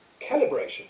Calibration